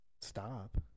stop